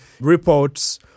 reports